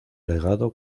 legado